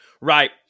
right